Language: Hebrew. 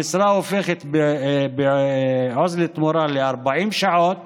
המשרה הופכת בעוז לתמורה ל-40 שעות